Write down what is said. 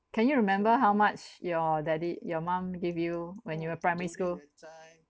can you remember how much your daddy your mum give you when you were primary school